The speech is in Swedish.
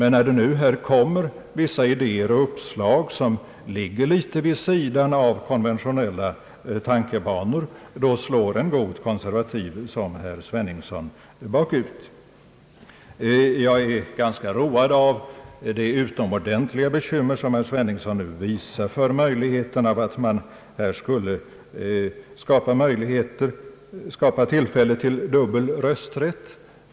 När det nu kommer vissa idéer och uppslag, som ligger litet vid sidan av konventionella tankebanor, då slår en god konservativ som herr Sveningsson bakut. Jag är ganska road av det utomordentligt stora bekymmer som herr Sveningsson visar för möjligheten att det kunde skapas tillfälle till dubbel rösträtt.